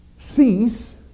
cease